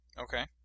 Okay